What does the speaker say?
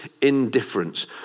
indifference